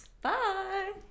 bye